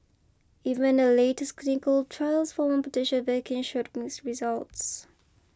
even the latest clinical trials for one potential vaccine showed mixed results